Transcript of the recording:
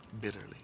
bitterly